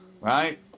Right